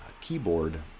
keyboard